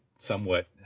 somewhat